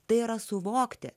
tai yra suvokti